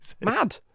Mad